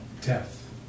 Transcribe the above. death